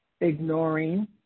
ignoring